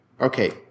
okay